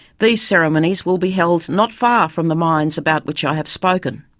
these ceremonies will be held not far from the mines about which i have spoken.